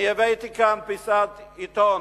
אני הבאתי לכאן פיסת עיתון,